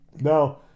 Now